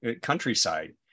countryside